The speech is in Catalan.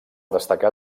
destacar